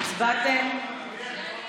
התש"ף 2020,